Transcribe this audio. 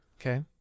Okay